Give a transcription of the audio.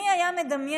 מי היה מדמיין?